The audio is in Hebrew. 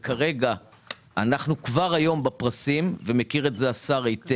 אנחנו כבר היום בפרסים והשר מכיר את זה היטב,